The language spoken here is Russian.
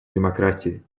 демократии